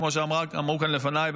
כמו שאמרו כאן לפניי,